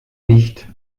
nicht